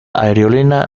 aerolínea